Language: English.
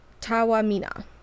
Tawamina